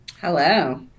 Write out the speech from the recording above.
Hello